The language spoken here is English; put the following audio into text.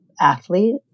athlete